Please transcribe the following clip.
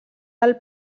del